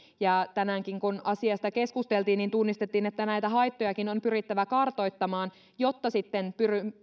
ja tänäänkin kun asiasta keskusteltiin niin tunnistettiin että näitä haittojakin on pyrittävä kartoittamaan jotta sitten